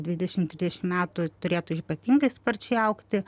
dvidešim trisdešim metų turėtų ypatingai sparčiai augti